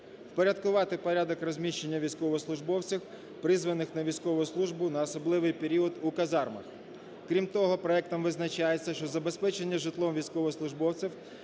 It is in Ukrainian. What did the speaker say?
Впорядкувати порядок розміщення військовослужбовців призваних на військову службу на особливий період у казармах. Крім того, проектом визначається, що забезпечення житлом військовослужбовців